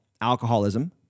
Alcoholism